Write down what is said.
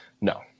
No